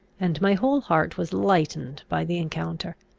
and my whole heart was lightened by the encounter.